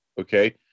okay